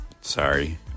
sorry